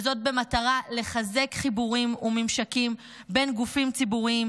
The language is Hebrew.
וזאת במטרה לחזק חיבורים וממשקים בין גופים ציבוריים